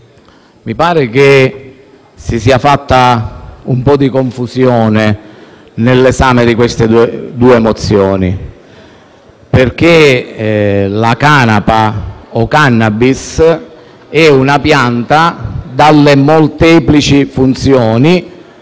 mi pare che si sia fatta un po' di confusione nell'esame di queste due mozioni, perché la canapa o *cannabis* è una pianta dalle molteplici funzioni